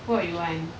what we want